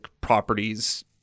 properties